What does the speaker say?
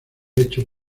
hecho